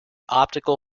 optical